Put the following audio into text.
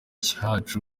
cyacu